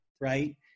Right